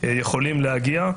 יכולים להגיע.